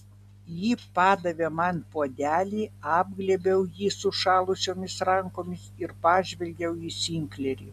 ji padavė man puodelį apglėbiau jį sušalusiomis rankomis ir pažvelgiau į sinklerį